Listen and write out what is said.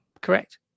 correct